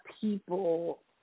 people